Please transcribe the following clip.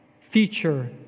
feature